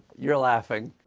you're laughing.